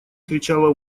кричала